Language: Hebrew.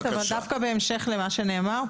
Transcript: אבל דווקא בהמשך למה שנאמר פה,